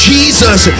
Jesus